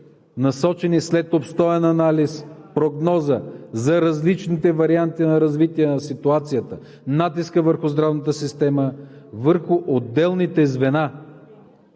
насочени след обстоен анализ, прогноза за различните варианти на развитие на ситуацията, натиска върху здравната система и върху отделните звена.